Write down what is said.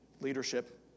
leadership